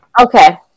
Okay